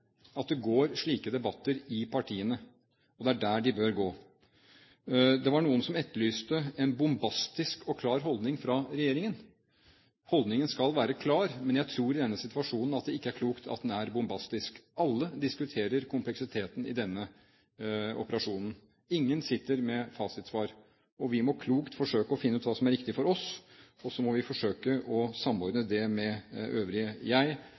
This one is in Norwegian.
at det går slike debatter i partiene. Det er der de bør gå. Det var noen som etterlyste en bombastisk og klar holdning fra regjeringen. Holdningen skal være klar, men jeg tror at det i denne situasjonen ikke er klokt at den er bombastisk. Alle diskuterer kompleksiteten i denne operasjonen. Ingen sitter med fasitsvar, og vi må klokt forsøke å finne ut hva som er riktig for oss. Så må vi forsøke å samordne det med det øvrige. Jeg